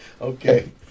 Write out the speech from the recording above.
Okay